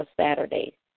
Saturday